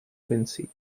vinci